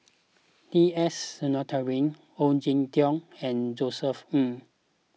T S Sinnathuray Ong Jin Teong and Josef Ng